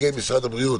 נציגי משרד הבריאות,